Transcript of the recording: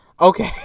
Okay